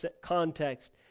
context